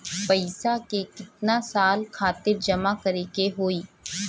पैसा के कितना साल खातिर जमा करे के होइ?